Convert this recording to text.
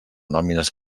nòmines